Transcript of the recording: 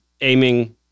aiming